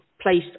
placed